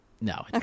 No